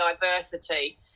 diversity